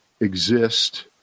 exist